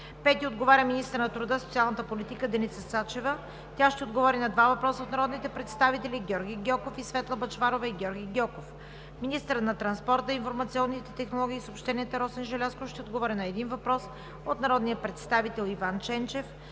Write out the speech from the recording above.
Пети отговаря министърът на труда и социалната политика Деница Сачева. Тя ще отговори на два въпроса от народните представители Георги Гьоков; и Светла Бъчварова и Георги Гьоков. Шесто, министърът на транспорта, информационните технологии и съобщенията Росен Желязков ще отговори на един въпрос от народния представител Иван Ченчев.